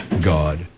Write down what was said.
God